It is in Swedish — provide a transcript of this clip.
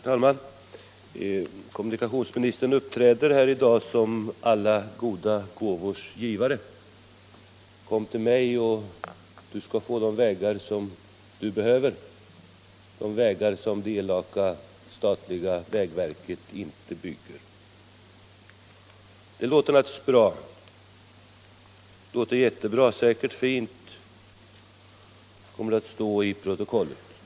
Herr talman! Kommunikationsministern uppträder här i dag som alla goda gåvors givare och säger: Kom till mig och du skall få de vägar som du behöver — de vägar som det elaka statliga vägverket inte bygger. Det låter naturligtvis bra, ja, jättebra. Det kommer säkert att se fint ut i protokollet.